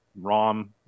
Rom